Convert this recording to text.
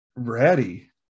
ready